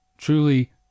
truly